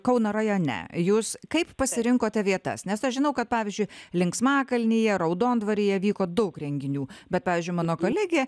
kauno rajone jūs kaip pasirinkote vietas nes aš žinau kad pavyzdžiui linksmakalnyje raudondvaryje vyko daug renginių bet pavyzdžiui mano kolegė